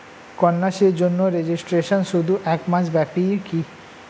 কন্যাশ্রীর জন্য রেজিস্ট্রেশন শুধু এক মাস ব্যাপীই কি?